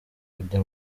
kujya